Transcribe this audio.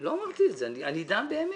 לא אמרתי את זה, אני דן באמת.